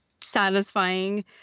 satisfying